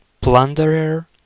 Plunderer